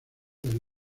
del